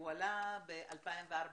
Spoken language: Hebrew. עלה ב-2014.